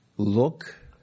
Look